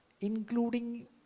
including